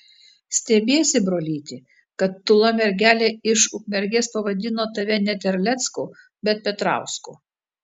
stebiesi brolyti kad tūla mergelė iš ukmergės pavadino tave ne terlecku bet petrausku